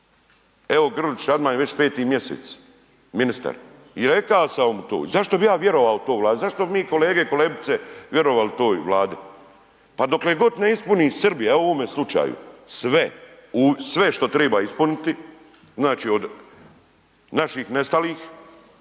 Evo Grlić Radman već je 5. mjesec ministar i rekao sam mu to i zašto bi ja vjerovao to Vladi, zašto bi mi kolege i kolegice vjerovali toj Vladi? Pa dokle god ne ispuni Srbija, evo u ovome slučaju, sve, sve što triba ispuniti, znači od naših nestalih